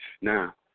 Now